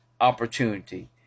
opportunity